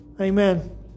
Amen